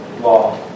law